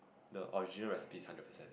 the original recipe